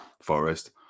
Forest